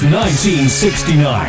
1969